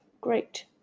Great